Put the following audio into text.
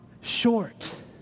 short